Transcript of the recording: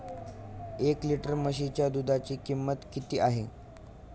एक लिटर म्हशीच्या दुधाची किंमत किती आहे?